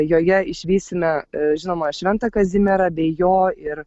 joje išvysime žinomą šventą kazimierą bei jo ir